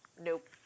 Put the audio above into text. nope